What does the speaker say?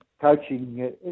coaching